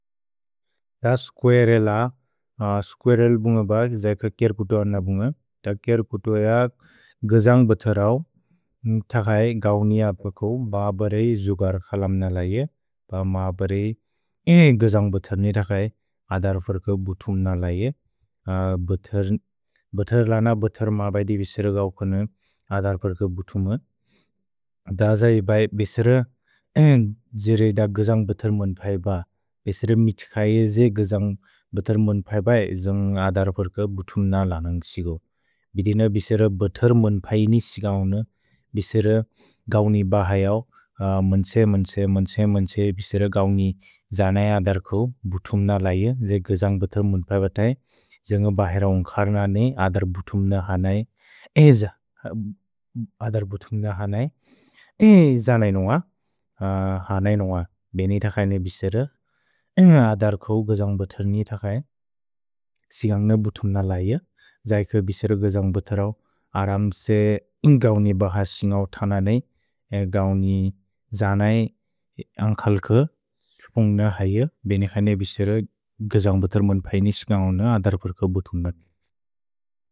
द squirrel, squirrel बुन्ग ब जेक केर्कुतुअ न बुन्ग, त केर्कुतुअ य गिजन्ग् बतरओ, त क्सय् गौनिअ बको, ब बरेइ जुगर्खलम् न लैए, ब म बरेइ ए गिजन्ग् बतर्नि त क्सय् अदर्फेर्क बुतुम् न लैए, बतर् लन, बतर् म बैदे विसेर गौकने अदर्फेर्क बुतुम्। द जय् बए विसेर, ए, जेरे द गिजन्ग् बतरओ मन्पए ब, विसेर मित्कये जे गिजन्ग् बतरओ मन्पए ब ए जन्ग् अदर्फेर्क बुतुम् न लनन्ग् सिगो। भिदीन विसेर बतरओ मन्पए नि सिगौन, विसेर गौनि बहयओ, मन्छे, मन्छे, मन्छे, विसेर गौनि जनए अदर्फेर्क बुतुम् न लैए, जे गिजन्ग् बतरओ मन्पए ब तए, जेन्ग बहेरओ न्ग्खर्नने अदर् बुतुम् न हनए। ए ज, अदर् बुतुम् न हनए, ए जनए नोअ, हनए नोअ, बेनि त क्सय्ने विसेर, न्ग् अदर्को गिजन्ग् बतर्नि त क्सय् सिगौन बुतुम् न लैए, जय् के विसेर गिजन्ग् बतरओ, अरम् से न्ग् गौनि बहयओ सिन्गओ तनने, गौनि जनए अन्ग् खल्क, तुपुन्ग् न क्सये, बेनि क्सय्ने विसेर गिजन्ग् बतरओ मन्पए नि सिगौन अदर्फेर्क बुतुम् न।